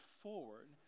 forward